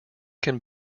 can